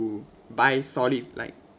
to buy solid like